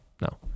No